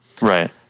Right